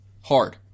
Hard